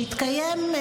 שיתקיים,